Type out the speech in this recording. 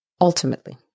ultimately